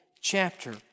chapter